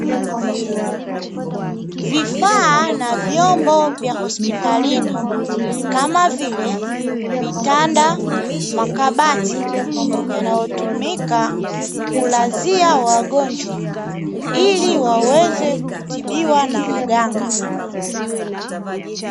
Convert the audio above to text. Vifaa na vyombo vya hospitalini kama vile vitanda, makabati; yanayotumika kulazia wagonjwa ili waweze kutibiwa na waganga.